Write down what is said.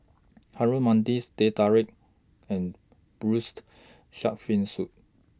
Harum Manis Teh Tarik and Braised Shark Fin Soup